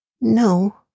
No